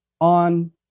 on